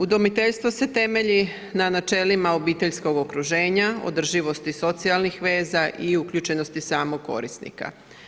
Udomiteljstvo se temelji na načelima obiteljskog okruženja, održivosti socijalnih veza i uključenosti samog korisnika.